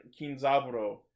Kinzaburo